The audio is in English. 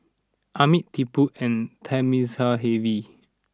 Amit Tipu and Thamizhavel